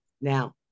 Now